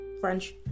French